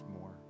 more